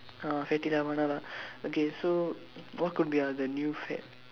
uh fatty lah வேணா:veenaa lah okay so what could be uh the new fad